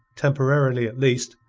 temporarily, at least,